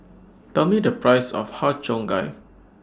Tell Me The Price of Har Cheong Gai